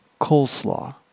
coleslaw